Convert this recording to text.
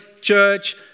church